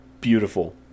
Beautiful